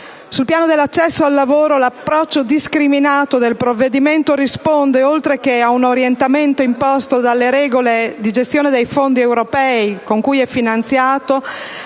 Sul piano dell'accesso al lavoro, l'approccio «discriminato» del provvedimento risponde, oltre che a un orientamento imposto dalle regole di gestione dei fondi europei, con cui è finanziato,